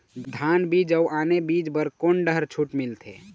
धान गेहूं अऊ आने बीज बर कोन डहर छूट मिलथे?